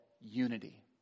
unity